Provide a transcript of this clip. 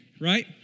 right